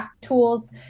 tools